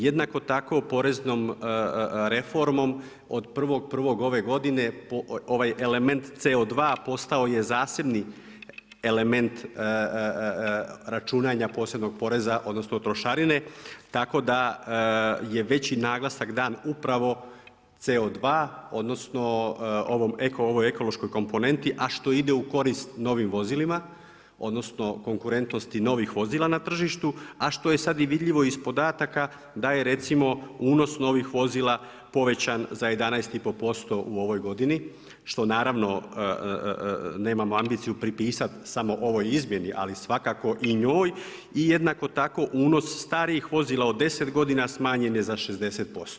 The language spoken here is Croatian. Jednako tako poreznom reformom od 1.1. ove godine ovaj element CO2 postao je zasebni element računanja posebnog poreza odnosno trošarine, tako da je veći naglasak dan upravo CO2 odnosno ovoj ekološkoj komponenti, a što ide u korist novim vozilima odnosno konkurentnosti novih vozila na tržištu, a što je vidljivo iz podataka da je recimo unos novih vozila povećan za 11,5% u ovoj godini što naravno nemamo ambiciju pripisati samo ovoj izmjeni, ali svakako i njoj i jednako tako unos starijih vozila od deset godina smanjen je za 60%